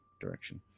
direction